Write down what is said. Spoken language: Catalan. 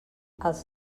els